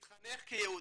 התחנך כיהודי,